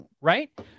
Right